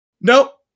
Nope